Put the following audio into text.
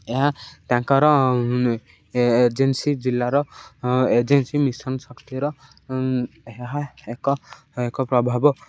ଏହା ତାଙ୍କର ଏଜେନ୍ସି ଜିଲ୍ଲାର ଏଜେନ୍ସି ମିଶନ ଶକ୍ତିର ଏହା ଏକ ଏକ ପ୍ରଭାବ